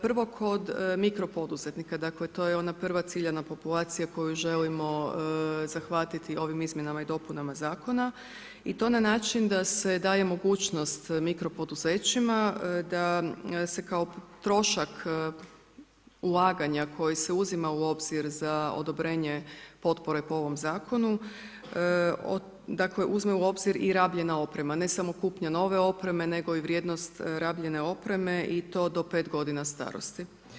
Prvo kod mikro poduzetnika, dakle to je ona prva ciljana populacija koju želimo zahvatiti ovim izmjenama i dopunama zakona i to na način da se daje mogućnost mikro poduzećima da se kao trošak ulaganja koji se uzima u obzir za odobrenje potpore po ovom zakonu, dakle uzme u obzir i rabljena oprema ne samo kupnja nove opreme nego i vrijednost rabljene opreme i to do pet godina starosti.